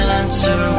answer